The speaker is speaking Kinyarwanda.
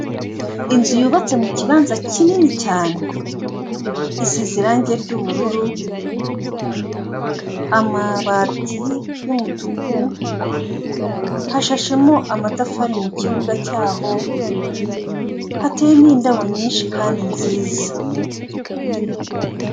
Inzu yubatse mu kibanza kinini cyane isize irangi ry'ubururu amabati y'umutuku hashashemo amatafari mu kibuga cyaho hateye n' indabo nyinshi kandi nziza.